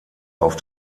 auf